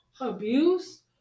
abuse